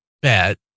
bet